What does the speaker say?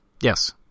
Yes